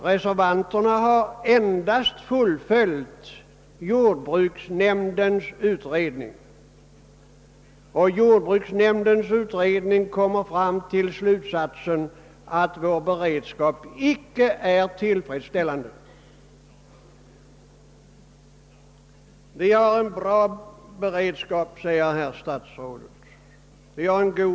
De har endast fullföljt jordbruksnämndens utredning, som utmynnar i den slutsatsen att vår beredskap icke är tillfredsställande. Vi har en god beredskap, säger statsrådet.